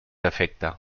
afecta